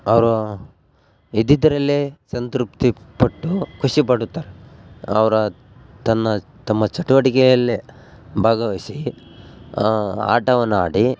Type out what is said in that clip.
ಅವರು ಇದ್ದಿದ್ರಲ್ಲೇ ಸಂತೃಪ್ತಿ ಪಟ್ಟು ಖುಷಿ ಪಡುತ್ತಾರೆ ಅವರ ತನ್ನ ತಮ್ಮ ಚಟುವಟಿಕೆಯಲ್ಲೇ ಭಾಗವಹಿಸಿ ಆಟವನ್ನು ಆಡಿ